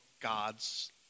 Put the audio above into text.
God's